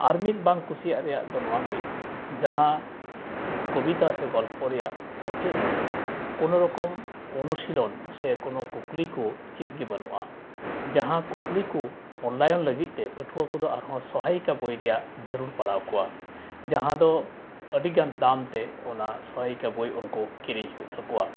ᱟᱨ ᱢᱤᱫ ᱵᱟᱝ ᱠᱩᱥᱤᱭᱟᱜ ᱨᱮᱭᱟᱜᱫᱚ ᱱᱚᱣᱟᱜᱮ ᱡᱟᱦᱟᱸ ᱠᱚᱵᱤᱛᱟ ᱥᱮ ᱜᱚᱞᱯᱚ ᱨᱮᱭᱟᱜ ᱢᱩᱪᱟᱹᱫᱨᱮ ᱠᱳᱱᱳ ᱨᱚᱠᱚᱢ ᱚᱱᱩᱥᱤᱞᱚᱱ ᱥᱮ ᱠᱳᱱᱳ ᱠᱩᱠᱞᱤᱠᱚ ᱪᱮᱫᱜᱮ ᱵᱟᱹᱱᱩᱜᱼᱟ ᱡᱟᱦᱟᱸ ᱠᱩᱠᱞᱤ ᱠᱚ ᱢᱩᱞᱞᱟᱭᱚᱱ ᱞᱟᱹᱜᱤᱫᱛᱮ ᱯᱟᱹᱴᱷᱩᱣᱟᱹ ᱠᱚᱫᱚ ᱟᱨᱦᱚᱸ ᱥᱚᱦᱟᱭᱤᱠᱟ ᱵᱳᱭ ᱨᱮᱭᱟᱜ ᱡᱟᱹᱨᱩᱲ ᱯᱟᱲᱟᱣ ᱟᱠᱚᱣᱟ ᱡᱟᱦᱟᱸ ᱫᱚ ᱟᱹᱰᱤᱜᱟᱱ ᱫᱟᱢᱛᱮ ᱚᱱᱟ ᱥᱚᱦᱟᱭᱤᱠᱟ ᱵᱳᱭ ᱩᱱᱠᱩ ᱠᱤᱨᱤᱧ ᱦᱩᱭᱩᱜ ᱛᱟᱠᱚᱣᱟ